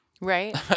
Right